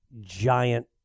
giant